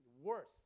worse